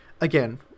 again